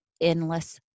endless